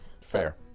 Fair